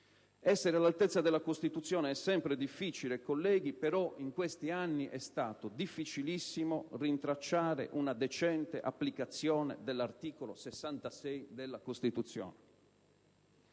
Essere all'altezza della Costituzione è sempre difficile, però in questi anni è stato difficilissimo rintracciare una decente applicazione dell'articolo 66 della Costituzione.